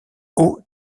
haut